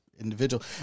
individual